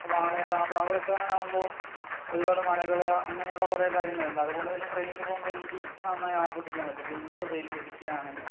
വാളയാർ ആ ഭാഗത്ത് എത്താറാകുമ്പോൾ ഒരുപാട് മലകൾ അങ്ങനെയുള്ള കുറേ കാര്യങ്ങളുണ്ട് അതുകൊണ്ടു തന്നെ ട്രെയിനിൽ പോകുമ്പോൾ എനിക്ക് നന്നായി ആസ്വദിക്കാൻ പറ്റും വിൻഡോ സീറ്റിൽ ഇരിക്കുകയാണെങ്കിൽ